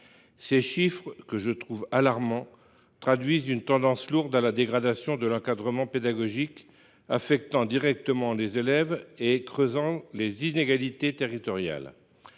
Ces chiffres, que je trouve alarmants, traduisent une tendance lourde à la dégradation de l’encadrement pédagogique, qui affecte directement les élèves et creuse les inégalités territoriales.